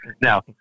Now